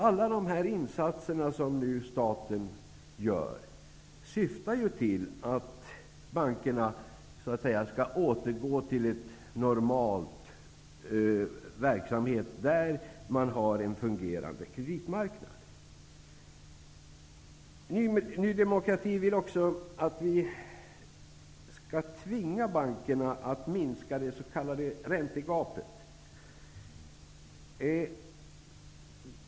Alla de insatser som staten nu gör syftar till att bankerna skall återgå till normal verksamhet, där man har en fungerande kreditmarknad. Ny demokrati vill också att vi skall tvinga bankerna att minska det s.k. räntegapet.